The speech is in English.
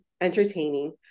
entertaining